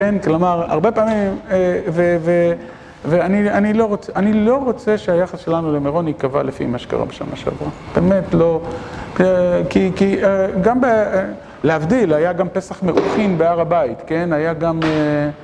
כן, כלומר, הרבה פעמים, ואני לא רוצה שהיחס שלנו למירון קבע לפי מה שקרה בשנה שעברה. באמת לא. כי גם, להבדיל, היה גם פסח מרוחין בהר הבית, כן? היה גם...